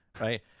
Right